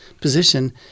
position